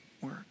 work